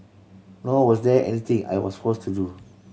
nor was there anything I was forced to do